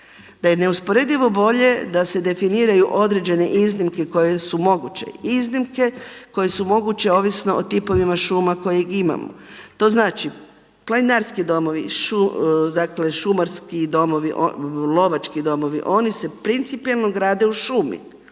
Da je neusporedivo bolje da se definiraju određene iznimke koje su moguće, iznimke koje su moguće ovisno o tipovima šuma koje imamo. To znači planinarski domovi, šumarski domovi, lovački domovi oni se principijelno grade u šumi